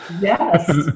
yes